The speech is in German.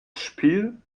spiel